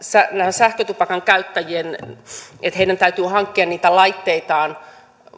sähkötupakan käyttäjien täytyy hankkia niitä laitteitaan